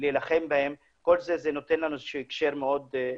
ולהילחם בהן, כל זה נותן לנו הקשר מאוד חשוב.